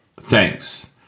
thanks